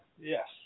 Yes